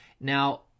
Now